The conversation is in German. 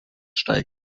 steigt